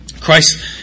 Christ